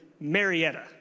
Marietta